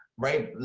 right?